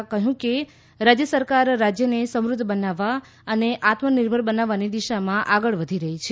તેમણે કહ્યું કે રાજ્ય સરકાર રાજ્યને સમૃદ્ધ બનાવવા અને આત્મનિર્ભર બનાવવાની દિશામાં આગળ વધી રહી છે